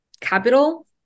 capital